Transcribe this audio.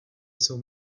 jsou